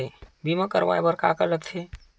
बीमा करवाय बर का का लगथे?